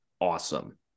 awesome